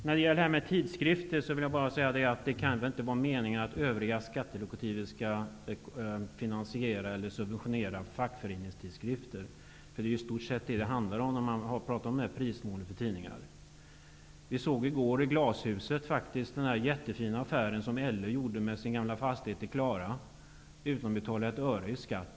När det gäller tidskrifter vill jag bara säga att det inte kan vara meningen att skattekollektivet skall subventionera fackföreningstidskrifter. Det är i stort sett detta det handlar om när man pratar om prismålet för tidningar. I TV-programmet ''Glashuset'' skildrades i går den jättefina affären som LO gjorde med sin gamla fastighet i Klara utan att betala ett öre i skatt.